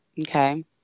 okay